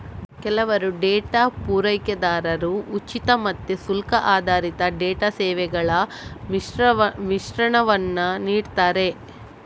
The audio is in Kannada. ಕೆಲವು ಡೇಟಾ ಪೂರೈಕೆದಾರರು ಉಚಿತ ಮತ್ತೆ ಶುಲ್ಕ ಆಧಾರಿತ ಡೇಟಾ ಸೇವೆಗಳ ಮಿಶ್ರಣವನ್ನ ನೀಡ್ತಾರೆ